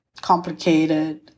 complicated